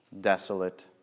desolate